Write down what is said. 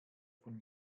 von